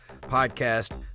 Podcast